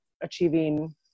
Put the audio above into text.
achieving